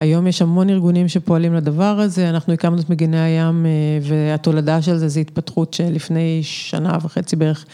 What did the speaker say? ‫היום יש המון ארגונים ‫שפועלים לדבר הזה. ‫אנחנו הקמנו את מגיני הים ‫והתולדה של זה ‫זה התפתחות שלפני שנה וחצי בערך.